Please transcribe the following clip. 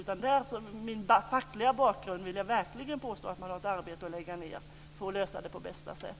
Med min fackliga bakgrund vill jag verkligen påstå att man har ett arbete att lägga ned för att lösa det på bästa sätt.